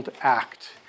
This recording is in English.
Act